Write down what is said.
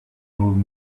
old